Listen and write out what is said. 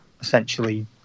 essentially